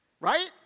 Right